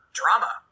drama